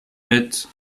mit